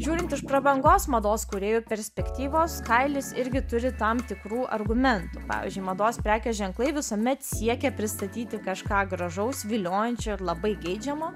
žiūrint iš prabangos mados kūrėjų perspektyvos kailis irgi turi tam tikrų argumentų pavyzdžiui mados prekės ženklai visuomet siekia pristatyti kažką gražaus viliojančio ir labai geidžiamo